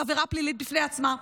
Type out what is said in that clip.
היא עבירה פלילית בפני עצמה,